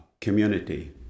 community